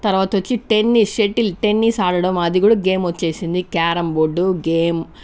తర్వాత వచ్చి tennis shuttle tennis ఆడడం అది కూడా గేమ్ వచ్చేసింది క్యారం బోర్డు గేమ్